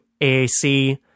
AAC